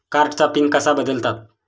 कार्डचा पिन कसा बदलतात?